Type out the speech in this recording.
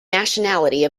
nationality